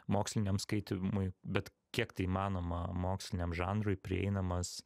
moksliniam skaitymui bet kiek tai įmanoma moksliniam žanrui prieinamas